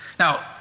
Now